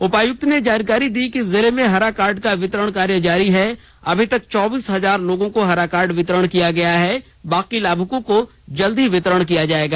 उपायुक्त ने जानकारी दी कि जिले में हरा कार्ड का वितरण कार्य जारी है अभी तक चौबीस हजार लोगों को हरा कार्ड वितरण किया गया है बाकी लाभुकों को जल्द ही वितरण किया जाएगा